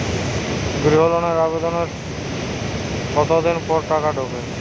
গৃহ লোনের আবেদনের কতদিন পর টাকা ঢোকে?